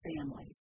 families